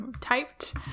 typed